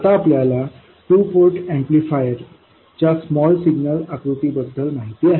आता आपल्याला two port amplifier च्या स्मॉल सिग्नल्स आकृती बद्दल माहिती आहे